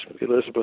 Elizabeth